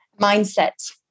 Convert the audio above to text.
mindset